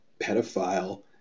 Pedophile